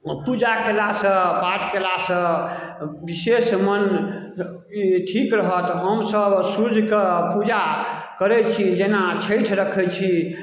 पूजा कएलासँ पाठ कएलासँ विशेष मोन ई ठीक रहत हमसब सूर्यके पूजा करै छी जेना छठि रखै छी